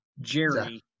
jerry